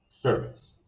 service